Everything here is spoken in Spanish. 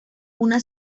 una